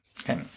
Okay